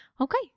Okay